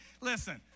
Listen